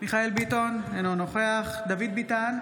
מיכאל מרדכי ביטון, אינו נוכח דוד ביטן,